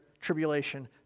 tribulation